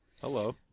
Hello